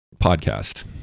Podcast